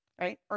right